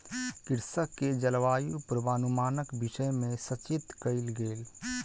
कृषक के जलवायु पूर्वानुमानक विषय में सचेत कयल गेल